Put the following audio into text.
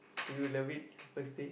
do you love it firstly